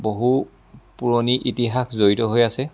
বহু পুৰণি ইতিহাস জড়িত হৈ আছে